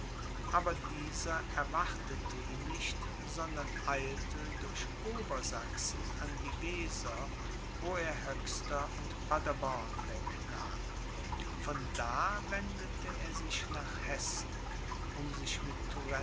aber dieser erwartete ihn nicht sondern eilte durch obersachsen an die weser wo er höxter und paderborn wegnahm von da wendete er sich nach hessen um sich mit